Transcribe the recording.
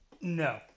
No